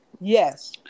Yes